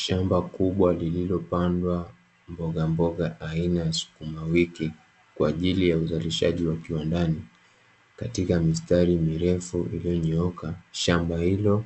Shamba kubwa lililopandwa mbogamboga aina ya sukumawiki, kwa ajili ya uzalishaji wa kiwandani, katika mistari mirefu iliyonyooka, shamba hilo